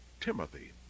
Timothy